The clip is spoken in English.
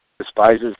despises